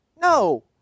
No